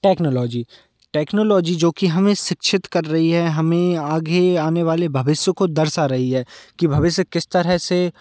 technology technology जो कि हमें शिक्षित कर रही है हमें आगे आने वाले भविष्य को दर्शा रही है कि भविष्य किस तरह से